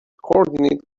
coordinate